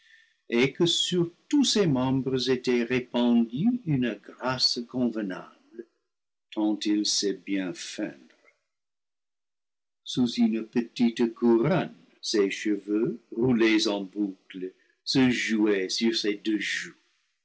et que sur tous ses membres était répandue une grâce convenable tant il sait bien feindre sous une petite couronne ses cheveux roulés en boucles se jouaient sur ses deux joues